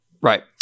Right